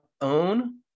own